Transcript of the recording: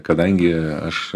kadangi aš